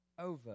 over